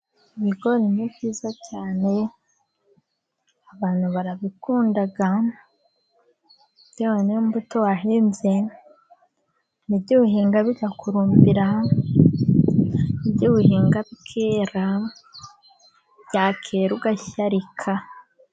Ibigori ni byiza cyane abantu barabikunda bitewe n'imbuto wahinze har'igihe uhinga bikakurumbira, har'igihe uhinga bikera, byakwera ugasharika.